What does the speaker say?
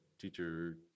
teacher